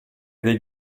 dei